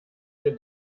der